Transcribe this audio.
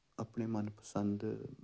ਆਪਣੇ ਮਨਪਸੰਦ